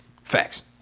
Facts